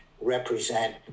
represent